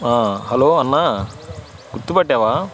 hello అన్నా గుర్తుపట్టావా